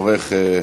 תורך.